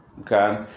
okay